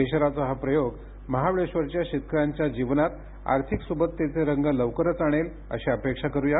केशराचा हा प्रयोग महाबळेश्वरच्या शेतकऱ्यांच्या जीवनात आर्थिक सुबत्तेचे रंग लवकरच आणेल अशी अपेक्षा करुया